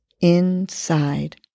inside